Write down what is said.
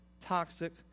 toxic